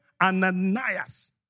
Ananias